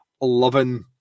loving